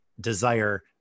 desire